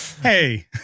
Hey